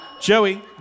Joey